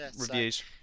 reviews